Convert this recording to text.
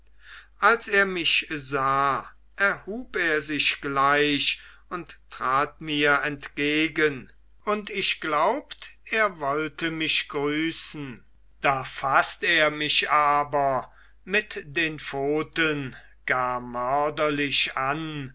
als er mich sah erhub er sich gleich und trat mir entgegen und ich glaubt er wollte mich grüßen da faßt er mich aber mit den pfoten gar mörderlich an